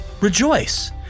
rejoice